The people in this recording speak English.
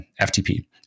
ftp